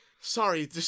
Sorry